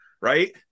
right